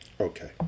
Okay